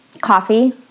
coffee